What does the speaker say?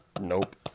Nope